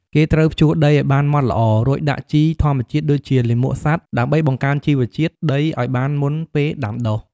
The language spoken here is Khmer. គេត្រូវភ្ជួរដីឱ្យបានម៉ត់ល្អ រួចដាក់ជីធម្មជាតិដូចជាលាមកសត្វដើម្បីបង្កើនជីវជាតិដីឱ្យបានមុនពេលដាំដុះ។